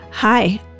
Hi